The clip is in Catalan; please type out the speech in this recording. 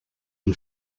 han